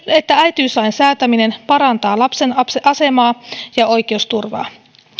että äitiyslain säätäminen parantaa lapsen asemaa ja oikeusturvaa